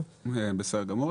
בסדר גמור.